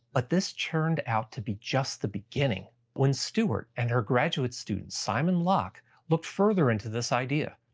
but this turned out to be just the beginning. when stewart and her graduate student simon lock looked further into this idea,